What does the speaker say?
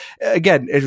again